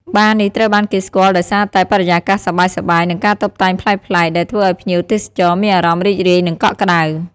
បារនេះត្រូវបានគេស្គាល់ដោយសារតែ បរិយាកាសសប្បាយៗ និងការតុបតែងប្លែកៗ ដែលធ្វើឲ្យភ្ញៀវទេសចរមានអារម្មណ៍រីករាយ និងកក់ក្ដៅ។